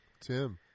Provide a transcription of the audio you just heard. Tim